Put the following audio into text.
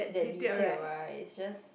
that detailed right it's just